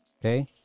Okay